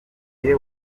gihe